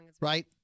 right